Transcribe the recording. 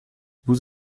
vous